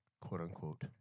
quote-unquote